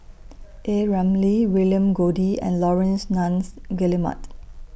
A Ramli William Goode and Laurence Nunns Guillemard